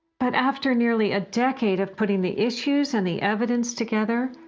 but after nearly a decade of putting the issues and the evidence together,